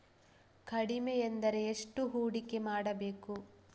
ಕಡಿಮೆ ಎಂದರೆ ಎಷ್ಟು ಹೂಡಿಕೆ ಮಾಡಬೇಕು?